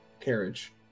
carriage